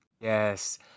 yes